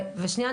ושנייה,